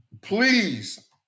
Please